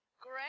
Great